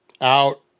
Out